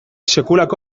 sekulako